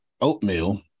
oatmeal